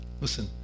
Listen